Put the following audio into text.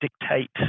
dictate